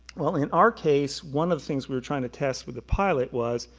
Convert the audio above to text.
well, in our case one of the things we were trying to test with the pilot was,